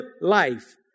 life